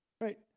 Right